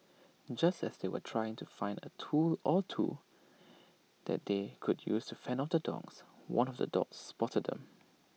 just as they were trying to find A tool or two that they could use to fend off the dogs one of the dogs spotted them